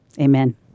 Amen